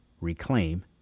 reclaim